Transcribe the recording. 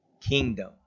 kingdom